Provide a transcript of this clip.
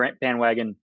bandwagon